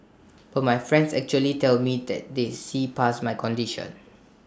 but my friends actually tell me that they see past my condition